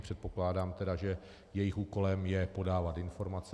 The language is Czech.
Předpokládám tedy, že jejich úkolem je podávat informace.